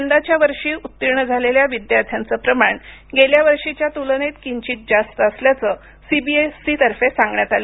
यंदाच्यावर्षी उत्तीर्ण झालेल्या विद्यार्थ्यांचं प्रमाण गेल्या वर्षीच्या तुलनेत किंचित जास्त असल्याचं सीबीएसई तर्फे सांगण्यात आलं